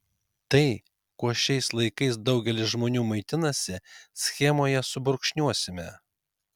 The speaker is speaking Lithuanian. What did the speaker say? tai kuo šiais laikais daugelis žmonių maitinasi schemoje subrūkšniuosime